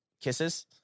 kisses